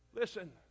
Listen